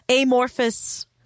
amorphous